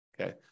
Okay